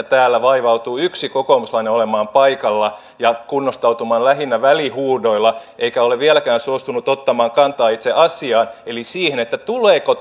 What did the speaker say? täällä vaivautuu yksi kokoomuslainen olemaan paikalla ja kunnostautumaan lähinnä välihuudoilla eikä ole vieläkään suostunut ottamaan kantaa itse asiaan eli siihen tuleeko